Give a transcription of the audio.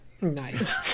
Nice